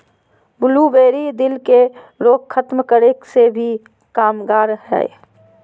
blueberry, दिल के रोग खत्म करे मे भी कामगार हय